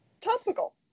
Topical